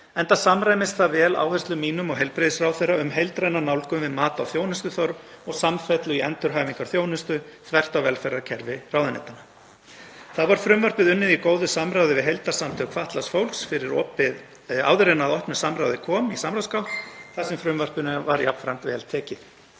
enda samræmist það vel áherslum mínum og heilbrigðisráðherra um heildræna nálgun við mat á þjónustuþörf og samfellu í endurhæfingarþjónustu þvert á velferðarkerfi ráðuneytanna. Þá var frumvarpið unnið í góðu samráði við heildarsamtök fatlaðs fólks áður en að opnu samráði kom í samráðsgátt þar sem frumvarpinu var jafnframt vel tekið.